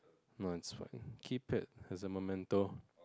nonsense keep it as a memento